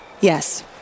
Yes